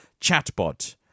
chatbot